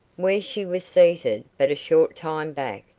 where she was seated, but a short time back,